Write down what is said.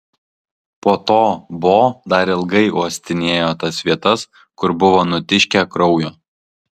po to bo dar ilgai uostinėjo tas vietas kur buvo nutiškę kraujo